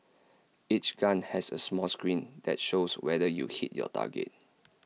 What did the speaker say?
each gun has A small screen that shows whether you hit your target